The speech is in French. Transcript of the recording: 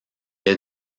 est